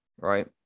Right